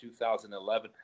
2011